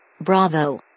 Bravo